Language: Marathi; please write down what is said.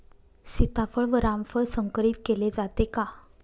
सीताफळ व रामफळ संकरित केले जाते का?